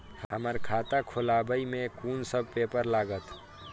हमरा खाता खोलाबई में कुन सब पेपर लागत?